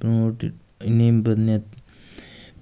promote इ'यां बंदा